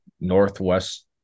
Northwest